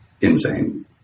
insane